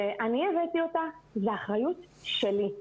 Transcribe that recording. זו אחריות שלי.